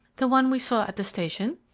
the one we saw at the station?